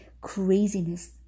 craziness